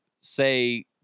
say